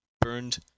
burned